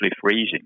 freezing